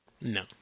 No